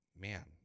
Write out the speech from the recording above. man